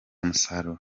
umusaruro